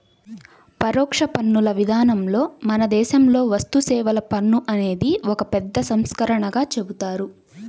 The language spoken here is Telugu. పరోక్ష పన్నుల విధానంలో మన దేశంలో వస్తుసేవల పన్ను అనేది ఒక అతిపెద్ద సంస్కరణగా చెబుతారు